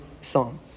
psalm